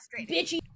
bitchy